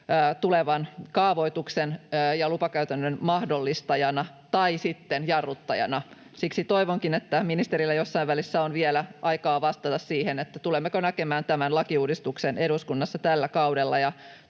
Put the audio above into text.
tulevan kaavoituksen ja lupakäytännön mahdollistajana tai sitten jarruttajana. Siksi toivonkin, että ministerillä jossain välissä on vielä aikaa vastata siihen, tulemmeko näkemään tämän lakiuudistuksen eduskunnassa tällä kaudella